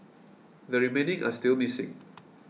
the remaining are still missing